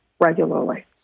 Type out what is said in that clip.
regularly